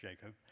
Jacob